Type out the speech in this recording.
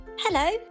Hello